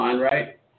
Right